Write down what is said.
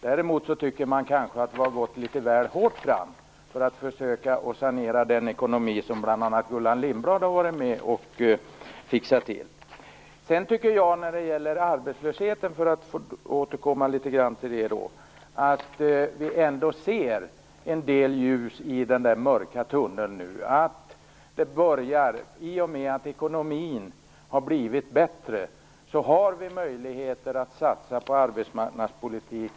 Däremot tycker man kanske att vi har gått litet väl hårt fram när det gällt att försöka sanera den ekonomi som bl.a. Gullan Lindblad har varit med om att fixa. Sedan tycker jag, för att återkomma till frågan om arbetslösheten, att vi ändå kan se en del ljus i den mörka tunneln. I och med att ekonomin blivit bättre har vi möjligheter att satsa på arbetsmarknadspolitik.